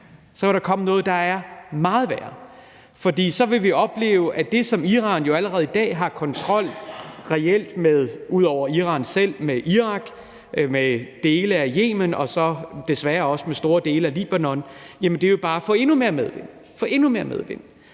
Så vil der komme noget, der er meget værre. For så vil vi opleve, at det, som Iran jo allerede i dag reelt har kontrol med ud over Iran selv, Irak, dele af Yemen og så desværre også store dele af Libanon, bare vil få endnu mere medvind – få endnu mere medvind.